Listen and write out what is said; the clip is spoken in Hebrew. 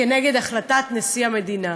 כנגד החלטת נשיא המדינה.